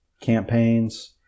campaigns